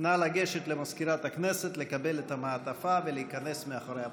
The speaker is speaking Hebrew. נא לגשת למזכירת הכנסת לקבל את המעטפה ולהיכנס מאחורי הפרגוד.